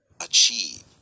achieve